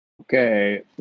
Okay